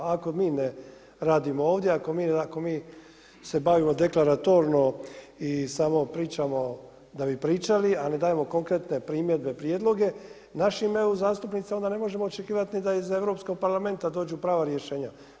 Ako mi ne radimo ovdje, ako mi se bavimo deklaratorno i samo pričamo da bi pričali a ne dajemo konkretne primjedbe, prijedloge, našim eu-zastupnicima onda ne možemo očekivati ni da iz Europskog parlamenta dođu prava rješenja.